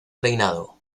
reinado